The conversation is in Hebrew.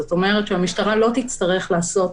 זאת אומרת שהמשטרה לא תצטרך לעשות